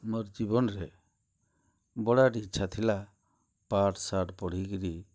ମୋର୍ ଜୀବନ୍ରେ ବଡ଼ାଟେ ଇଚ୍ଛା ଥିଲା ପାଠ୍ ସାଠ୍ ପଢ଼ିକିରି